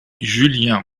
julien